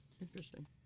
Interesting